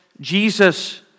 Jesus